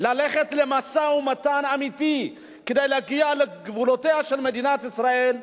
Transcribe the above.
ללכת למשא-ומתן אמיתי כדי להגיע לגבולותיה של מדינת ישראל.